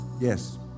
Yes